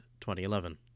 2011